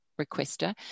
requester